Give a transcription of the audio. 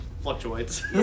fluctuates